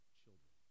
children